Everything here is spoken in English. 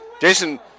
Jason